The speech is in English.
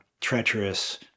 treacherous